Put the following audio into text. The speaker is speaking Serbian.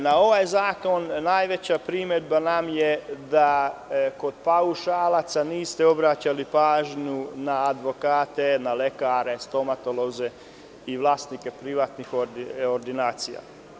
Na ovaj zakon najveća primedba nam je da kod paušalaca niste obraćali pažnju na advokate, na lekare, na stomatologe i vlasnike privatnih ordinacija.